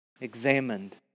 examined